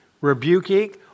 rebuking